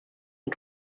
und